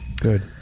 Good